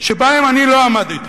שבהן אני לא עמדתי,